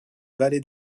vallée